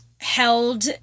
held